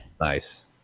Nice